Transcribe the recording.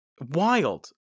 wild